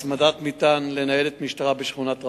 הצמדת מטען לניידת משטרה בשכונת רמות,